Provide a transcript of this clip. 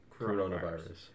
coronavirus